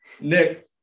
Nick